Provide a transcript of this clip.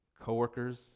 coworkers